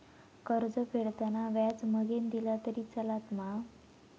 कर्ज फेडताना व्याज मगेन दिला तरी चलात मा?